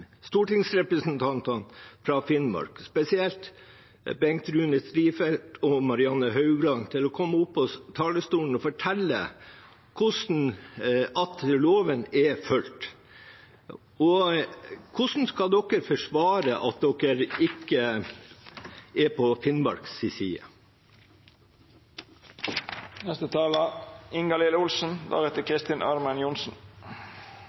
stortingsrepresentantene fra Finnmark, spesielt Bengt Rune Strifeldt og Marianne Haukland, til å komme opp på talerstolen og fortelle at loven er fulgt. Hvordan skal de forsvare at de ikke er på